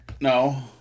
No